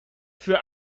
für